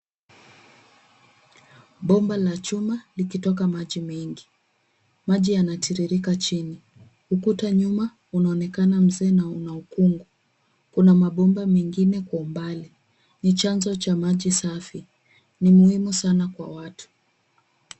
Bomba la chuma likitoka maji mengi. Maji yanatiririka chini. Ukuta nyuma unaonekana mzee na una ukungu. Kuna mabomba mengine kwa umbali. Ni chanzo cha maji safi. Ni muhimu sana kwa watu.